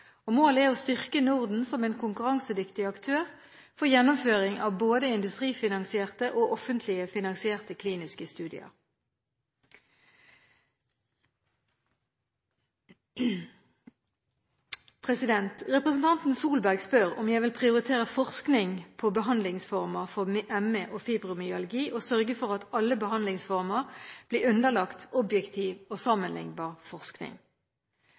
studier. Målet er å styrke Norden som en konkurransedyktig aktør for gjennomføring av både industrifinansierte og offentlig finansierte kliniske studier. Representanten Solberg spør om jeg vil prioritere forskning på behandlingsformer for ME og fibromyalgi og sørge for at alle behandlingsformer blir underlagt objektiv og sammenliknbar forskning.